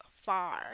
far